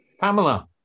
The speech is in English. Pamela